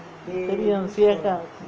தெரியும் சியக்கா:theriyum siyakka